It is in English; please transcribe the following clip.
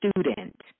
student